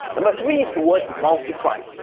um three is the word multiply,